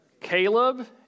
Caleb